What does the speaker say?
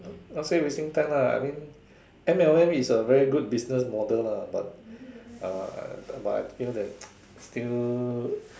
not say wasting time lah I mean M_L_M is a very good business model but uh but I feel that still